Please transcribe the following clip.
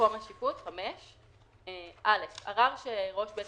"מקום השיפוט 5.(א)ערר שראש בית